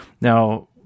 now